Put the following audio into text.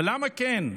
ולמה כן?